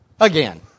again